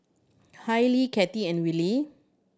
Hailee Cathi and Willy